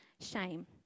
shame